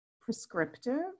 prescriptive